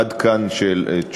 עד כאן תשובתי.